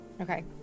okay